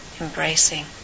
embracing